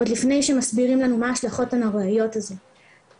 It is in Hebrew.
עוד לפני שמסבירים לנו מה ההשלכות הנוראיות שזה עושה,